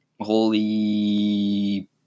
holy